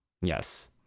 Yes